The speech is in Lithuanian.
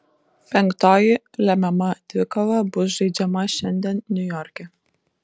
penktoji lemiama dvikova bus žaidžiama šiandien niujorke